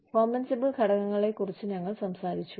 compensable ഘടകങ്ങളെ കുറിച്ച് ഞങ്ങൾ സംസാരിച്ചു